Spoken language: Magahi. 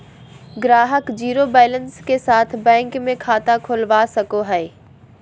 ग्राहक ज़ीरो बैलेंस के साथ बैंक मे खाता खोलवा सको हय